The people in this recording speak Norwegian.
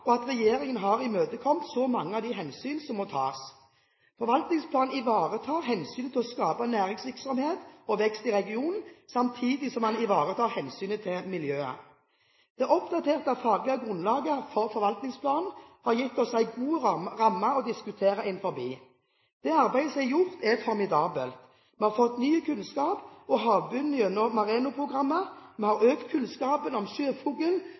for at regjeringen har imøtekommet så mange av de hensynene som må tas. Forvaltningsplanen ivaretar hensynet til å skape næringsvirksomhet og vekst i regionen, samtidig som den ivaretar hensynet til miljøet. Det oppdaterte faglige grunnlaget for forvaltningsplanen har gitt oss en god ramme å diskutere innenfor. Det arbeidet som er gjort, er formidabelt. Vi har fått ny kunnskap om havbunnen gjennom MAREANO-programmet, vi har økt kunnskapen om